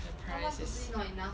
the price is